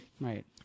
Right